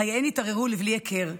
חייהן התערערו לבלי היכר.